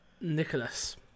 Nicholas